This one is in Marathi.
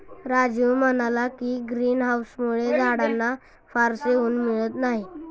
राजीव म्हणाला की, ग्रीन हाउसमुळे झाडांना फारसे ऊन मिळत नाही